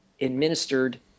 administered